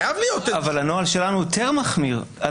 אבל הנוהל שלנו הוא יותר מחמיר.